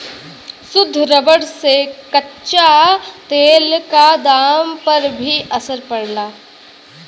शुद्ध रबर से कच्चा तेल क दाम पर भी असर पड़ला